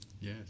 yes